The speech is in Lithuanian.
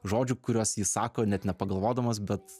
žodžių kuriuos jis sako net nepagalvodamas bet